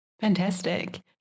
Fantastic